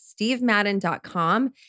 stevemadden.com